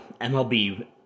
MLB